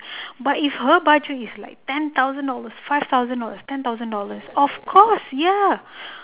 but if her budget is like ten thousand dollars five thousand dollars ten thousand dollars of course ya